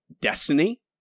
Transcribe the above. destiny